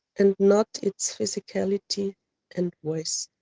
and not its physicality and voice.